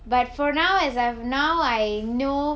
but for now as I of now I know